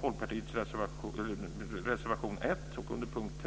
Folkpartiets reservation 1 under punkt